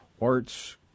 Arts